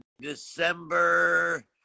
December